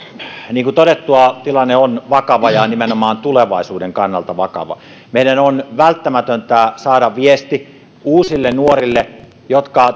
niin kuin todettua tilanne on vakava ja nimenomaan tulevaisuuden kannalta vakava meidän on välttämätöntä saada viesti uusille nuorille jotka